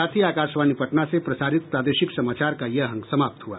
इसके साथ ही आकाशवाणी पटना से प्रसारित प्रादेशिक समाचार का ये अंक समाप्त हुआ